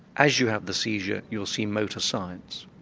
as you have the seizure you'll see motor signs.